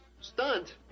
Stunt